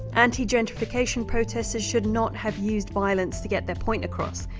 anti-gentrification protesters should not have used violence to get their point across.